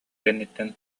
кэнниттэн